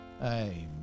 Amen